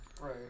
Right